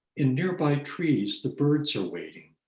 in nearby trees, the birds are waiting.